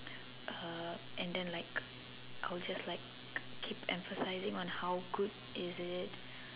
uh and then like I will just like keep emphasizing on how good is it